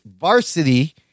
varsity